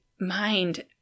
mind